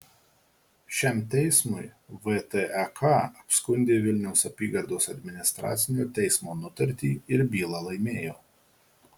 šiam teismui vtek apskundė vilniaus apygardos administracinio teismo nutartį ir bylą laimėjo